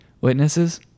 witnesses